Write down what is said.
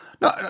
No